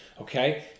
okay